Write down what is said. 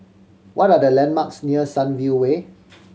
what are the landmarks near Sunview Way